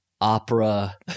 opera